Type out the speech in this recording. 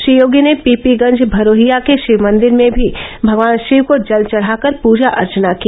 श्री योगी ने पीपीगंज भरोहिया के शिव मंदिर में भी भगवान शिव को जल चढा कर पुजा अर्चना की